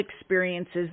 experiences